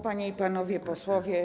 Panie i Panowie Posłowie!